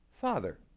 father